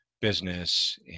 business